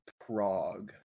Prague